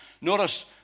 Notice